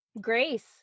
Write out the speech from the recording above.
grace